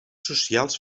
socials